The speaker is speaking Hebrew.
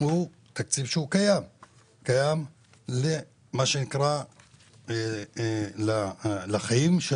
הוא תקציב שהוא קיים למה שנקרא החיים השוטפים